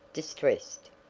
distressed.